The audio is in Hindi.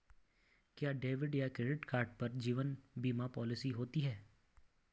क्या डेबिट या क्रेडिट कार्ड पर जीवन बीमा पॉलिसी होती है?